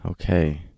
Okay